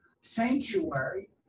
sanctuary